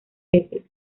veces